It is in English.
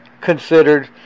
considered